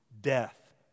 Death